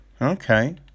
Okay